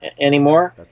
anymore